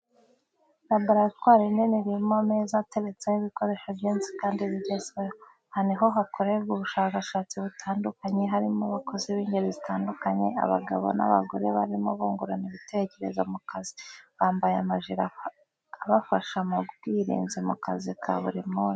Laboratwari nini irimo ameza ateretseho ibikoresho byinshi kandi bigezweho. aha niho hakorerwa ubushakashatsi butandukanye, harimo abakozi b'ingeri zitandukanye, abagabo n'abagore barimo bungurana ibitekerezo mu kazi. Bambaye amajire abafasha mu bwirinzi mu kazi ka buri munsi.